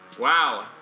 Wow